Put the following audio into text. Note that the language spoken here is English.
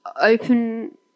open –